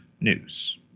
news